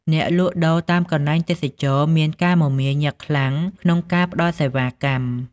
អ្នកលក់ដូរតាមកន្លែងទេសចរណ៍មានការមមាញឹកយ៉ាងខ្លាំងក្នុងការផ្តល់សេវាកម្ម។